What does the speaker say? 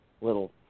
little